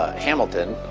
ah hamilton,